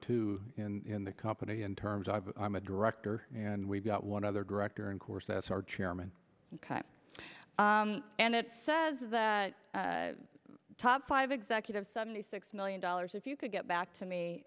two in the company in terms of i'm a director and we've got one other director in course that's our chairman and it says the top five executive suddenly six million dollars if you could get back to me